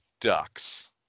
ducks